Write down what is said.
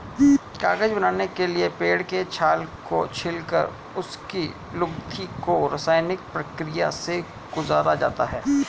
कागज बनाने के लिए पेड़ के छाल को छीलकर उसकी लुगदी को रसायनिक प्रक्रिया से गुजारा जाता है